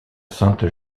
sainte